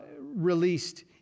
released